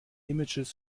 images